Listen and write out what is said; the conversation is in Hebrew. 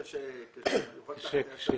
בביצוע נגישות בבית חולים קיים שלא הכין רשימה